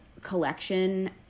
collection